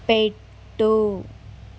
పెట్టు